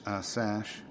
sash